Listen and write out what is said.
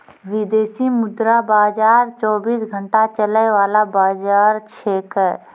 विदेशी मुद्रा बाजार चौबीस घंटा चलय वाला बाजार छेकै